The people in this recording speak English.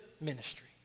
ministry